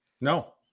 No